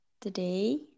today